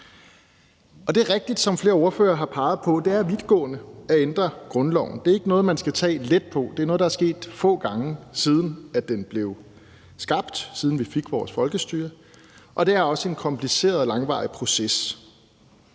er rigtigt, som flere ordførere har peget på, at det er vidtgående at ændre grundloven. Det er ikke noget, man skal tage let på. Det er noget, der er sket få gange, siden den blev skabt, og siden vi fik vores folkestyre. Det er også en kompliceret og langvarig proces.